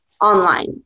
online